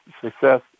success